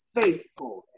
faithful